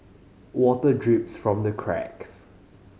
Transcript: water drips from the cracks